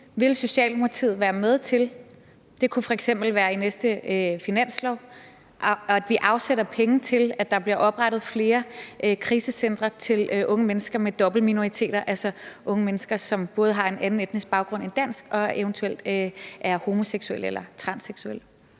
Vil Socialdemokratiet være med til – det kunne f.eks. være i forbindelse med næste finanslov – at vi afsætter penge til, at der bliver oprettet flere krisecentre for unge mennesker, der tilhører en dobbeltminoritet, altså unge mennesker, som både har en anden etnisk baggrund end dansk og eventuelt er homoseksuelle eller transseksuelle?